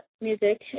music